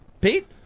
Pete